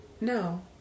No